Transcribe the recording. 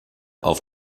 auf